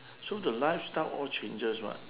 so the lifestyle all changes what